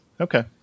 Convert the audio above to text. okay